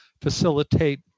facilitate